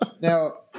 Now